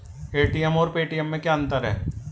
ATM और Paytm में क्या अंतर है?